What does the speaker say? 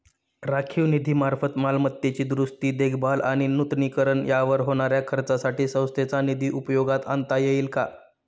राखीव निधीमार्फत मालमत्तेची दुरुस्ती, देखभाल आणि नूतनीकरण यावर होणाऱ्या खर्चासाठी संस्थेचा निधी उपयोगात आणता येईल का?